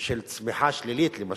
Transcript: של צמיחה שלילית, למשל,